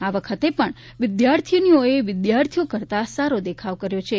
આ વખતે પણ વિદ્યાર્થીનીઓએ વિદ્યાર્થીઓ કરતાં સારો દેખાવ કર્યો છે